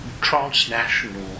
transnational